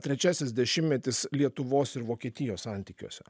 trečiasis dešimtmetis lietuvos ir vokietijos santykiuose